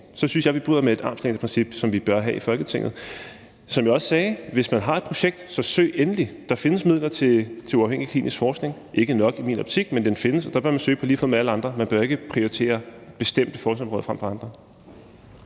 synes jeg, at vi bryder med et armslængdeprincip, som vi bør have i Folketinget. Som jeg også sagde: Hvis man har et projekt, så søg endelig! Der findes midler til uafhængig klinisk forskning – ikke nok i min optik, men de findes – og der bør man søge på lige fod med alle andre. Man bør ikke prioritere bestemte forskningsområder frem for andre.